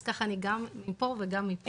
אז ככה אני גם מפה וגם מפה.